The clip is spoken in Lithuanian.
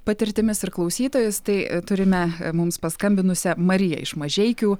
patirtimis ir klausytojus tai turime mums paskambinusią mariją iš mažeikių